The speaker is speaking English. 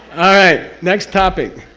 alright next topic.